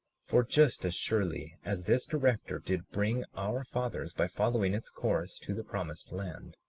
for just as surely as this director did bring our fathers, by following its course, to the promised land,